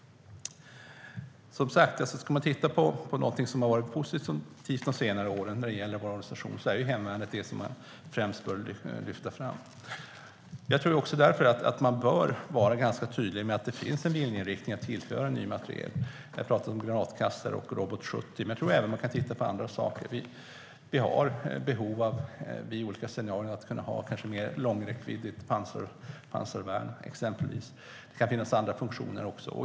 Om vi ska se på något positivt under senare år i organisationen är det hemvärnet som främst bör lyftas fram. Man bör vara tydlig med att det finns en viljeinriktning att tillföra ny materiel. Jag talade om granatkastare och robot 70, men jag tror även att man kan titta på andra saker. Det finns i olika scenarier behov av till exempel mer långräckviddigt pansarvärn. Det kan också finnas andra funktioner.